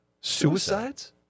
Suicides